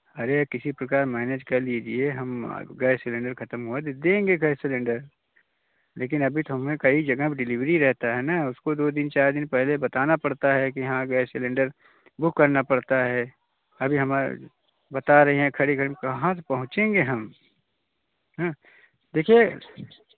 अरे किसी प्रकार मैनेज कर लीजिए हम गैस सिलिंडर ख़त्म हुआ है तो देंगे गैस सिलिंडर लेकिन अभी तो हमें कई जगह में डिलीवरी रहता है ना उसको दो दिन चार दिन पहले बताना पड़ता है कि हाँ गैस सिलिंडर बुक करना पड़ता है अभी हमारा बता रही हैं खड़ी खड़ी कहाँ से पहुँचेंगे हम हाँ देखिए